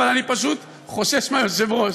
אבל אני פשוט חושש מהיושב-ראש.